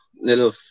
little